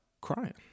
crying